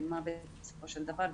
זה מוות בסופו של דבר,